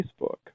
Facebook